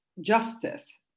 justice